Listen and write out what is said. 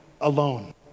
alone